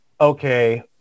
okay